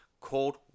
called